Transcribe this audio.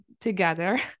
together